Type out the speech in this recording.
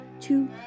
two